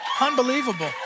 Unbelievable